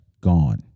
Gone